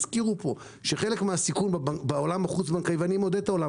הזכירו פה שחלק מן הסיכון בעולם החוץ-בנקאי ואני מעודד את העולם